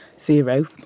zero